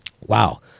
wow